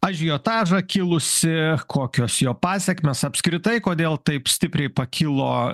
ažiotažą kilusį kokios jo pasekmės apskritai kodėl taip stipriai pakilo